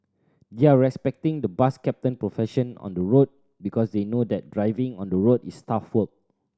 they're respecting the bus captain profession on the road because they know that driving on the road is tough work